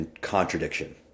contradiction